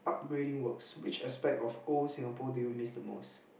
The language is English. braiding works which aspect of old Singapore do you miss the most